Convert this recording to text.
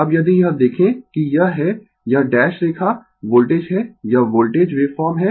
अब यदि यह देखें कि यह है यह डैश रेखा वोल्टेज है यह वोल्टेज वेवफॉर्म है